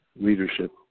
leadership